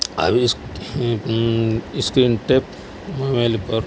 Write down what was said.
ابھی screen tap mobile پر